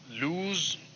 lose